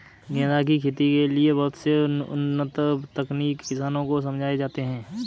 गेंदा की खेती के लिए बहुत से उन्नत तकनीक किसानों को समझाए जाते हैं